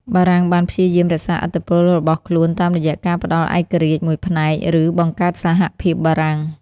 បារាំងបានព្យាយាមរក្សាឥទ្ធិពលរបស់ខ្លួនតាមរយៈការផ្ដល់ឯករាជ្យមួយផ្នែក ឬបង្កើតសហភាពបារាំង ។